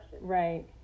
right